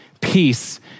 Peace